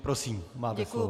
Prosím, máte slovo.